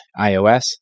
iOS